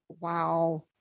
Wow